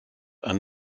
are